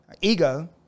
ego